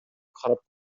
карап